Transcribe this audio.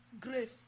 Grave